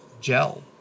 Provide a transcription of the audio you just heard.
gel